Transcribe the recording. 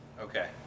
okay